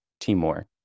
Timor